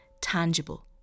Tangible